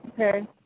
Okay